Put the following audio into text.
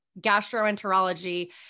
gastroenterology